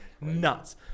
Nuts